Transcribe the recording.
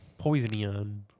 Poisonion